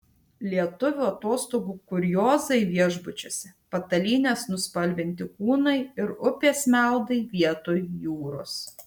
lietuvių atostogų kuriozai viešbučiuose patalynės nuspalvinti kūnai ir upės meldai vietoj jūros